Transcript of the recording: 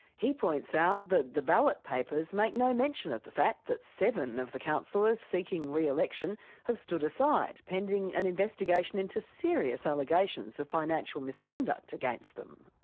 he points out that the ballot papers make no mention of the fact that seven of the councillors seeking re-election have stood aside pending an investigation into serious allegations of financial misconduct against them.